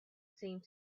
seemed